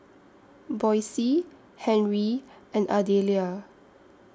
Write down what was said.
Boysie Henry and Ardelia